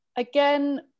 Again